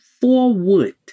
forward